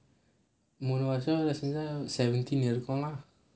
seventeen year இருக்குமா:irukkumaa